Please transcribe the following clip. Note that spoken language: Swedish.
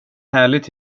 härligt